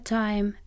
time